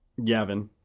Yavin